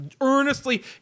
earnestly